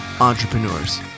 Entrepreneurs